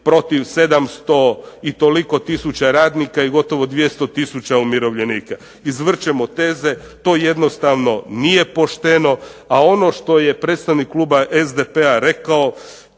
protiv 700 i toliko tisuća radnika i gotovo 200 tisuća umirovljenika. Izvrćemo teze, to jednostavno nije pošteno, a ono što je predstavnik kluba SDP-a rekao